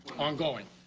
ongoing?